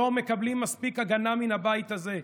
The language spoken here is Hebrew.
לא מקבלים מספיק הגנה מן הבית הזה,